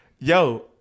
yo